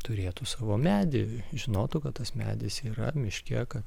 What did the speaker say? turėtų savo medį žinotų kad tas medis yra miške kad